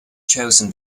chosen